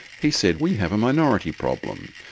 he said, we have a minority problem,